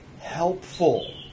helpful